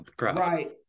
Right